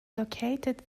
located